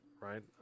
right